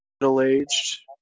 middle-aged